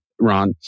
Ron